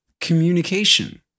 communication